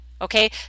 Okay